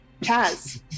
Chaz